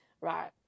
Right